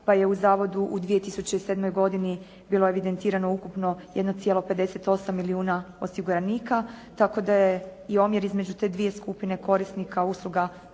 pa je u zavodu u 2007. godini bilo evidentirano ukupno 1,58 milijuna osiguranika, tako da je i omjer između te dvije skupine korisnika usluga zavoda